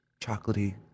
chocolatey